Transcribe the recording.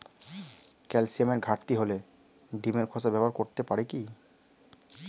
ক্যালসিয়ামের ঘাটতি হলে ডিমের খোসা ব্যবহার করতে পারি কি?